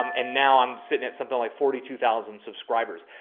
um and now i'm sitting at something like forty two thousand subscribers.